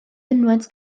mynwent